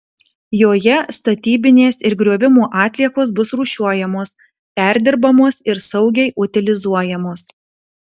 joje statybinės ir griovimo atliekos bus rūšiuojamos perdirbamos ir saugiai utilizuojamos